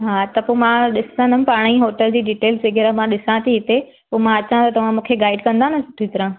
हा त पोइ मां ॾिसंदमि पाणेई होटल जी डिटेल्स वग़ैरह ॾिसां थी हिते पोइ मां अचां त तव्हां मूंखे गाइड कंदा न सुठी तराह